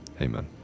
amen